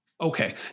Okay